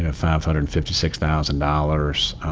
ah five hundred and fifty six thousand dollars.